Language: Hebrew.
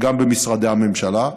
וגם במשרדי הממשלה.